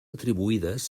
atribuïdes